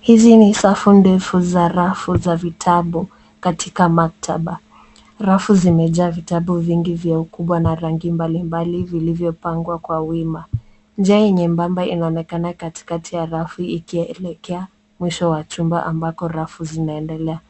Hizi ni safu ndefu za rafu za vitabu katika maktaba. Rafu zimejaa vitabu vingi vya ukubwa na rangi mbalimbali vilivyopangwa kwa wima. Njia nyembamba inonekana katikati ya rafu ikielekea mwisho wa chumba ambako rafu zinaendelea.